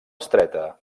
estreta